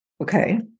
Okay